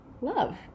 love